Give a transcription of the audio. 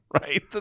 Right